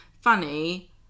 funny